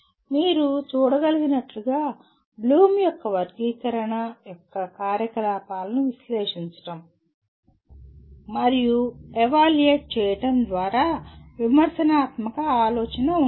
మీరు చూడగలిగినట్లుగా బ్లూమ్ యొక్క వర్గీకరణ యొక్క కార్యకలాపాలను విశ్లేషించడం మరియు ఎవాల్యుయేట్ చేయడం ద్వారా విమర్శనాత్మక ఆలోచన ఉంటుంది